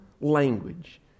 language